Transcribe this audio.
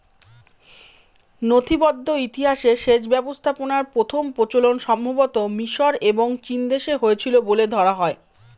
নথিবদ্ধ ইতিহাসে সেচ ব্যবস্থাপনার প্রথম প্রচলন সম্ভবতঃ মিশর এবং চীনদেশে হয়েছিল বলে ধরা হয়